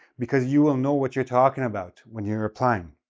because you will now what you're talking about when you're applying.